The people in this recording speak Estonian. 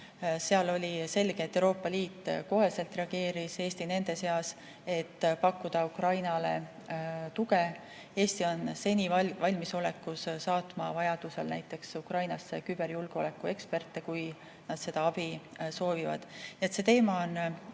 Seal oli selge, et Euroopa Liit koheselt reageeris, Eesti nende seas, et pakkuda Ukrainale tuge. Eesti on seni valmisolekus saatma vajadusel näiteks Ukrainasse küberjulgeoleku eksperte, kui nad seda abi soovivad. See teema on